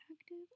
active